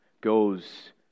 goes